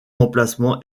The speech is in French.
emplacement